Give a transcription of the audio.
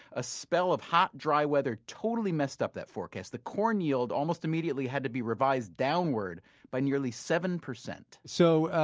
a spell of hot, dry weather totally messed up that forecast. the corn yield almost immediately had to be revised downward by nearly seven percent so,